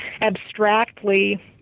abstractly